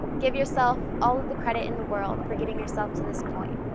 give yourself all of the credit in the world for getting yourself to this point.